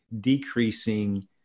decreasing